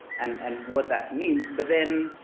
and and what that means. but then,